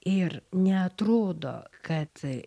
ir neatrodo kad